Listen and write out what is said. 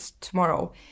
tomorrow